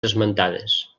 esmentades